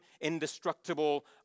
indestructible